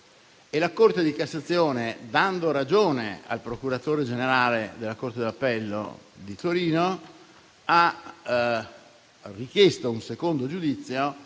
La Corte di cassazione, dando ragione al procuratore generale della corte d'appello di Torino, ha richiesto un secondo giudizio,